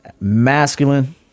masculine